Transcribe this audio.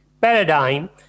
paradigm